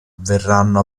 verranno